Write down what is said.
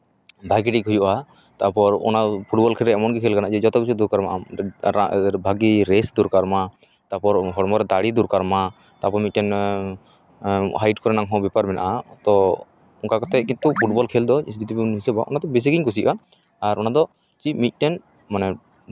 ᱵᱷᱟᱹᱜᱤ ᱴᱷᱤᱠ ᱦᱩᱭᱩᱜᱼᱟ ᱛᱟᱨᱯᱚᱨ ᱚᱱᱟ ᱯᱷᱩᱴᱵᱚᱞ ᱠᱷᱮᱞ ᱨᱮ ᱮᱢᱚᱱ ᱜᱮ ᱠᱷᱮᱞ ᱠᱟᱱᱟ ᱡᱚᱛᱚ ᱠᱤᱪᱷᱩ ᱫᱚᱨᱠᱟᱨᱟᱢᱟ ᱟᱢ ᱵᱷᱟᱹᱜᱤ ᱨᱮᱥᱴ ᱫᱚᱨᱠᱟᱨ ᱟᱢᱟ ᱛᱟᱨᱯᱚᱨ ᱦᱚᱲᱢᱚ ᱨᱮ ᱫᱟᱲᱮ ᱫᱚᱨᱠᱟᱨ ᱛᱟᱨᱯᱚᱨ ᱢᱤᱫᱴᱮᱱ ᱦᱟᱭᱤᱴ ᱠᱚᱨᱮᱱᱟᱝ ᱦᱚᱸ ᱵᱮᱯᱟᱨ ᱢᱮᱱᱟᱜᱼᱟ ᱛᱳ ᱚᱱᱠᱟ ᱠᱟᱛᱮᱫ ᱠᱤᱱᱛᱩ ᱯᱷᱩᱴᱵᱚᱞ ᱠᱷᱮᱞ ᱫᱚ ᱡᱩᱫᱤ ᱵᱚᱱ ᱦᱤᱥᱟᱹᱵᱟ ᱚᱱᱟ ᱛᱚ ᱵᱮᱥᱤᱜᱤᱧ ᱠᱩᱥᱤᱜᱼᱟ ᱟᱨ ᱚᱱᱟ ᱫᱚ ᱪᱮᱫ ᱢᱤᱫᱴᱮᱱ ᱢᱟᱱᱮ